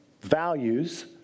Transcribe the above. values